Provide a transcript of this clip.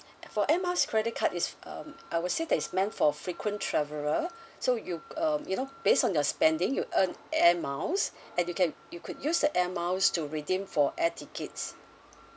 for Air Miles credit card is um I would say that is meant for frequent traveler so you um you know based on your spending you earn Air Miles and you can you could use the Air Miles to redeem for air tickets